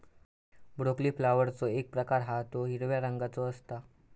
broccoli फ्लॉवरचो एक प्रकार हा तो हिरव्या रंगाचो असता